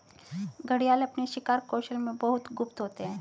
घड़ियाल अपने शिकार कौशल में बहुत गुप्त होते हैं